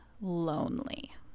lonely